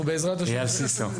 אייל סיסו,